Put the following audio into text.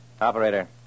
Operator